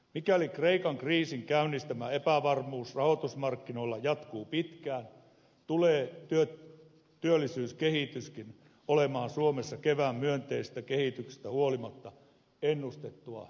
mikäli kreikan kriisin käynnistämä epävarmuus rahoitusmarkkinoilla jatkuu pitkään tulee työllisyyskehityskin olemaan suomessa kevään myönteisestä kehityksestä huolimatta ennustettua heikompaa